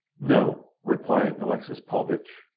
no, replied alexis paulvitch,